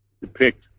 depict